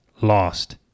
lost